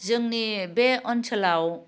जोंनि बे ओनसोलाव